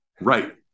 Right